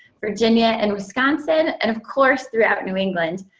virginia, and wisconsin, and of course, throughout new england.